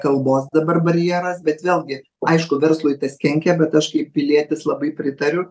kalbos dabar barjeras bet vėlgi aišku verslui tas kenkia bet aš kaip pilietis labai pritariu